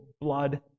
blood